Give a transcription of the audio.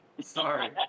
Sorry